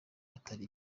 atari